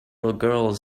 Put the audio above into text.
little